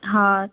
हा